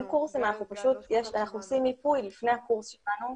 קורסים אנחנו עושים מיפוי לפני הקורס שלנו.